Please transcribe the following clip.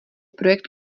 projekt